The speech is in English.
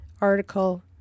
article